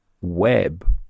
web